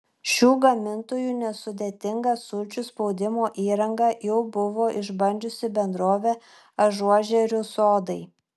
šių gamintojų nesudėtingą sulčių spaudimo įrangą jau buvo išbandžiusi bendrovė ažuožerių sodai